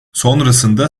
sonrasında